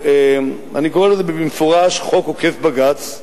אני קורא לזה במפורש: חוק עוקף בג"ץ,